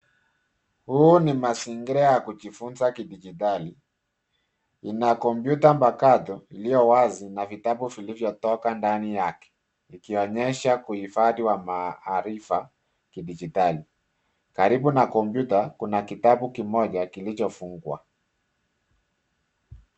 Huu ni mazingira wa kujifunza ki dijitali. Inakompyuta mpakato iliyo wazi na vitabu vliivyo toka ndani yake. Ikionyesha kuhifadhiwa maharifa kidijitali. Karibu na kompyuta kuna kitabu kimoja kilicho fungwa.